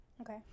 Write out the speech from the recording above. Okay